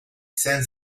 saint